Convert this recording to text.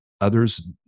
others